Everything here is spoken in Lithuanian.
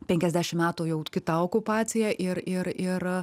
penkiasdešim metų jau kita okupacija ir ir ir